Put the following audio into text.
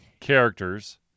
characters